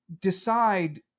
decide